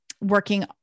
working